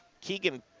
Keegan